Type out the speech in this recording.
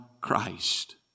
Christ